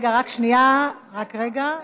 רק שנייה, רק רגע.